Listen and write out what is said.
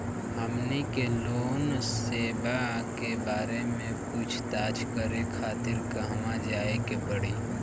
हमनी के लोन सेबा के बारे में पूछताछ करे खातिर कहवा जाए के पड़ी?